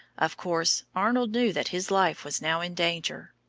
of course arnold knew that his life was now in danger.